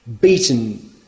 beaten